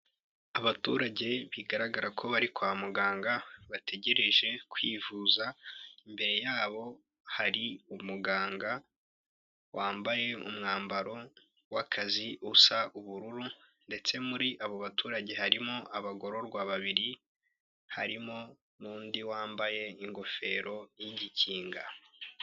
Abaturage bigaragara ko bari kwa muganga bategereje kwivuza imbere yabo hari umuganga wambaye umwambaro w'akazi usa ubururu ndetse muri abo baturage harimo abagororwa babiri, harimo n'undi wambaye ingofero y'igikinga.